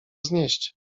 znieść